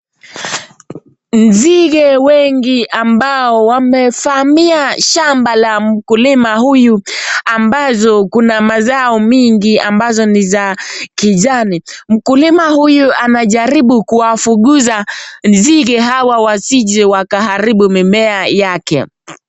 Nzige wengi ambao wamevamia shamba la mkulima huyu ambazo kuna mazao mingi ambazo ni za kijani. Mkulima huyu anajaribu kuwafukuza nzige hawa wasije wakaharibu mimea yake.